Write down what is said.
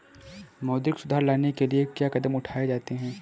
मौद्रिक सुधार लाने के लिए क्या कदम उठाए जाते हैं